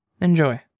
Enjoy